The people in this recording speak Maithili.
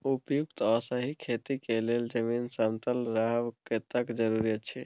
उपयुक्त आ सही खेती के लेल जमीन समतल रहब कतेक जरूरी अछि?